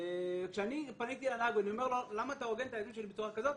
כשאני פנייתי לנהג ושאלתי אותו למה הוא עוגן את הילדים בצורה כזאת,